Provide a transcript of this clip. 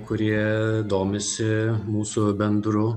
kurie domisi mūsų bendru